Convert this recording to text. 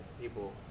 People